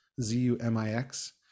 Z-U-M-I-X